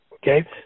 Okay